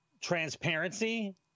transparency